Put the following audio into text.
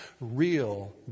real